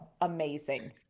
amazing